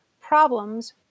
problems